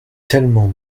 tellement